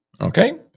Okay